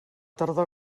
tardor